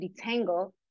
detangle